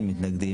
מי נמנע?